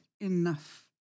enough